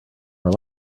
more